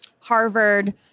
Harvard